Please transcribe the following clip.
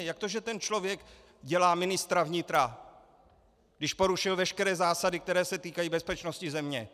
Jak to, že ten člověk dělá ministra vnitra, když porušil veškeré zásady, které se týkají bezpečnosti země?